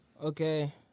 Okay